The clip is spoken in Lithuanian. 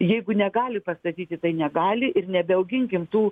jeigu negali pastatyti tai negali ir nebeauginkim tų